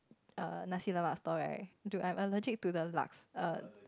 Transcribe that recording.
err Nasi-lemak stall right dude I'm allergic to the lak~ err